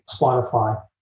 Spotify